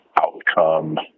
outcome